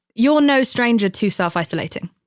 you're no stranger to self isolating.